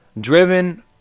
Driven